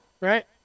Right